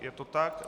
Je to tak?